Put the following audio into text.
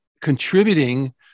contributing